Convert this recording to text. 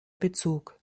bezug